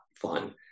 fun